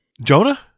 Jonah